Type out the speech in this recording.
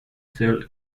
cell